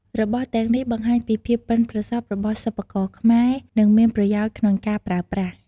របស់ទាំងនេះបង្ហាញពីភាពប៉ិនប្រសប់របស់សិប្បករខ្មែរ និងមានប្រយោជន៍ក្នុងការប្រើប្រាស់។